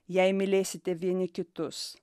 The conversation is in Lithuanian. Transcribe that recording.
jei mylėsite vieni kitus